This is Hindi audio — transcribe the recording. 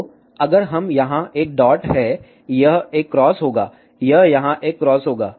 तो अगर हम यहाँ एक डॉट है यह एक क्रॉस होगा यह यहाँ एक क्रॉस होगा